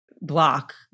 block